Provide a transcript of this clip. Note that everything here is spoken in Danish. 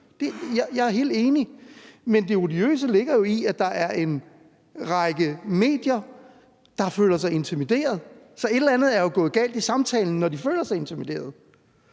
Jeg er helt enig. Men det odiøse ligger jo i, at der er en række medier, der føler sig intimideret. Så et eller andet er jo gået galt i samtalen, når de føler sig intimideret.